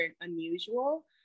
unusual